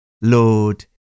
Lord